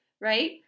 right